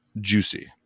juicy